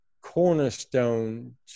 cornerstone